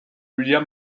william